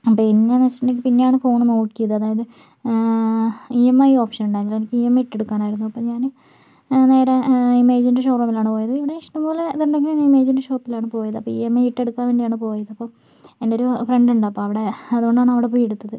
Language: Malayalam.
പിന്നെയെന്ന് വെച്ചിട്ടുണ്ടെങ്കിൽ പിന്നെയാണ് ഫോൺ നോക്കിയത് അതായത് ഇ എം ഐ ഓപ്ഷൻ ഇണ്ടായിരുന്നില്ല എനിക്ക് ഇ എം ഐ ഇട്ട് എടുക്കാനായിരുന്നു അപ്പോൾ ഞാൻ നേരെ ഇമേജിൻ്റെ ഷോറൂമിലാണ് പോയത് ഇവിടെ ഇഷ്ടം പോലെ ഇത് ഉണ്ടെങ്കിലും ഞാൻ ഇമേജിൻ്റെ ഷോപ്പിലാണ് പോയത് അപ്പോൾ ഇ എം ഐ ഇട്ട് എടുക്കാൻ വേണ്ടിയാണ് പോയത് അപ്പോൾ എൻ്റെ ഒരു ഫ്രണ്ട് ഉണ്ട് അപ്പോൾ അവിടെ അതുകൊണ്ടാണ് അവിടെ പോയി എടുത്തത്